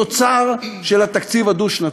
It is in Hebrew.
תוצר של התקציב הדו-שנתי.